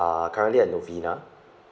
uh currently at novena